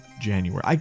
January